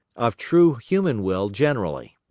of true human will generally.